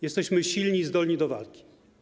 Jesteśmy silni i zdolni do walki.